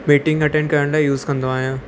meeting attend करण लाइ use कंदो आहियां